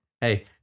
Hey